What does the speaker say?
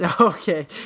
Okay